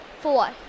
Four